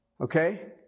Okay